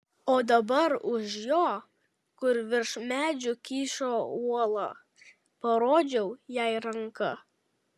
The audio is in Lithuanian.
o dabar už jo kur virš medžių kyšo uola parodžiau jai ranka